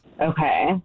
okay